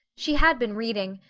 she had been reading,